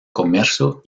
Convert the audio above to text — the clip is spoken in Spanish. comercio